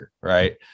right